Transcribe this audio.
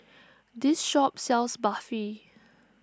this shop sells Barfi